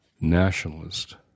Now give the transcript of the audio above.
nationalist